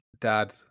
dad